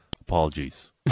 Apologies